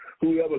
Whoever